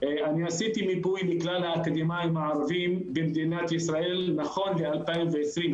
עשיתי מיפוי מכלל האקדמאים הערבים במדינת ישראל נכון לשנת 2020,